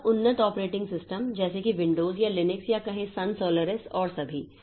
बहुत उन्नत operating system जैसे कि विंडोज या लिनक्स या कहें सन सोलारिस और सभी